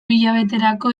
hilabeterako